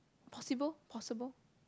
possible possible